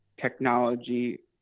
technology